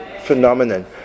phenomenon